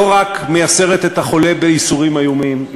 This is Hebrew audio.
רק מייסרת את החולה בייסורים איומים,